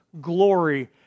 glory